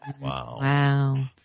Wow